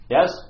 Yes